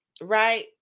right